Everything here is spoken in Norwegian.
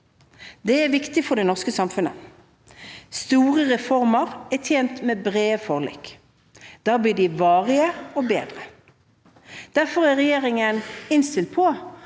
Det er viktig for det norske samfunnet. Store reformer er tjent med brede forlik. Da blir de varige og bedre. Derfor er regjeringen innstilt på